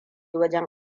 wajen